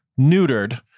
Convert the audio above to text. neutered